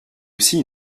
aussi